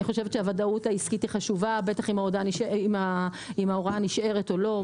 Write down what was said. אני חושבת שהוודאות העסקית היא חשובה אם ההוראה נשארת או לא,